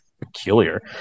peculiar